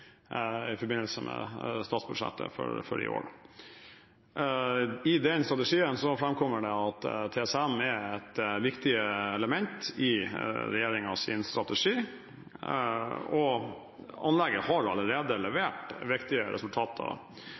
i forbindelse med statsbudsjettet for i år. I den strategien framkommer det at TCM er et viktig element i regjeringens strategi, og anlegget har allerede levert viktige resultater